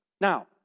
Now